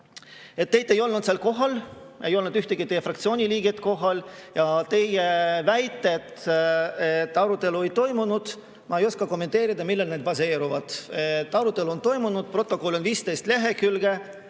Teid ei olnud seal kohal, ei olnud ühtegi teie fraktsiooni liiget seal kohal. Ja teie väited, et arutelu ei toimunud – ma ei oska kommenteerida, millel need baseeruvad. Arutelu on toimunud, protokoll on 15 lehekülge,